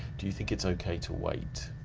do you think it's okay to wait?